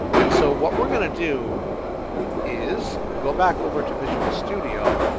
and so what we're going to do is go back over to visual studio,